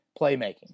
playmaking